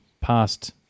past